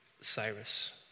Cyrus